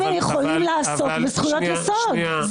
האם הם יכולים לעסוק בזכויות יסוד?